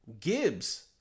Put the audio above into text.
Gibbs